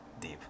Deep